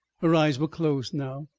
her eyes were closed now.